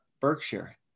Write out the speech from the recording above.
Berkshire